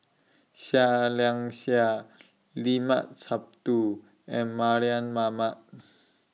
Seah Liang Seah Limat Sabtu and Mardan Mamat